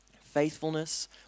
Faithfulness